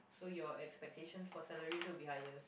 so your expectation for salary will be higher